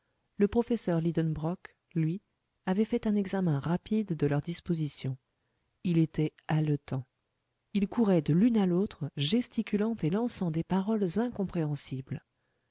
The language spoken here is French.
le professeur lidenbrock lui avait fait un examen rapide de leur disposition il était haletant il courait de l'une à l'autre gesticulant et lançant des paroles incompréhensibles